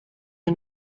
wir